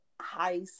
high